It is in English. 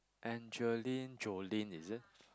Angeline Jolin is it